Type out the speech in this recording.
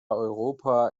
europa